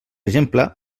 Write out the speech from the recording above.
exemple